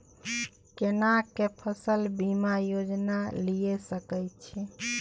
केना के फसल बीमा योजना लीए सके छी?